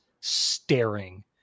staring